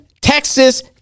Texas